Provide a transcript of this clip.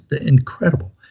incredible